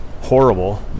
horrible